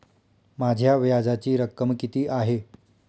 माझ्या व्याजाची रक्कम किती आहे?